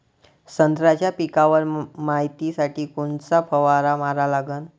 संत्र्याच्या पिकावर मायतीसाठी कोनचा फवारा मारा लागन?